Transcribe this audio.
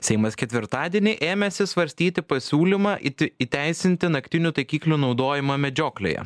seimas ketvirtadienį ėmėsi svarstyti pasiūlymą įti įteisinti naktinių taikiklių naudojimą medžioklėje